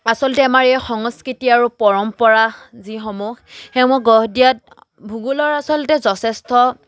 আচলতে আমাৰ এই সংস্কৃতি আৰু পৰম্পৰা যিসমূহ সেইসমূহ গঢ় দিয়াত ভূগোলৰ আচলতে যথেষ্ট